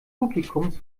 publikums